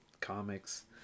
comics